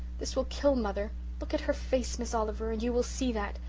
this will kill mother look at her face, miss oliver, and you will see that.